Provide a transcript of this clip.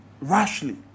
rashly